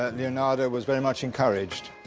leonardo was very much encouraged.